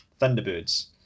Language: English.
thunderbirds